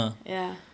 ya